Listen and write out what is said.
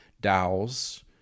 dows